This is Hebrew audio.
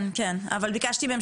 כן, אבל ביקשתי מהם